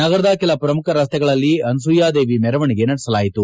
ನಗರದ ಕೆಲ ಪ್ರಮುಖ ರಸ್ತೆಯಲ್ಲಿ ಅನುಸೂಯ ದೇವಿ ಮೆರವಣೆಗೆ ನಡೆಸಲಾಯಿತು